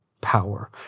power